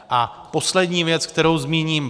A poslední věc, kterou zmíním.